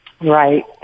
Right